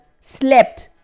slept